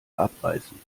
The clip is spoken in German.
abreißen